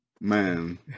man